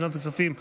לשנת הכספים 2023,